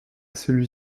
celui